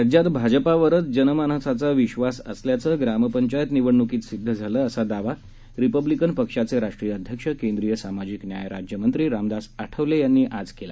राज्यात भाजपावरच जनमानसाचा विधास असल्याचं या निवडणुकीत सिद्ध झालं आहे असा दावा रिपब्लिकन पक्षाचे राष्ट्रीय अध्यक्ष केंद्रीय सामाजिक न्याय राज्य मंत्री रामदास आठवले यांनी आज केला